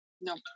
no